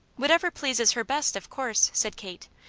whatever pleases her best, of course, said kate.